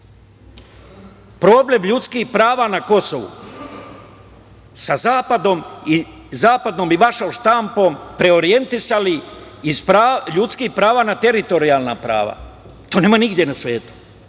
Problem ljudskih prava na Kosovu sa Zapadom i vašom štampom preorijentisali ljudska prava na teritorijalna prava. To nema nigde na svetu.